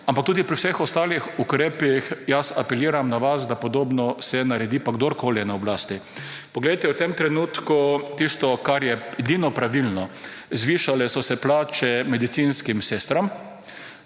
ampak tudi pri vseh ostalih ukrepih jaz apeliram na vas, da podobno se naredi pa kdorkoli je na oblasti. Poglejte, v tem trenutku tisto kar je edino pravilno, zvišale so se plače medicinskim sestram,